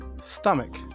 Stomach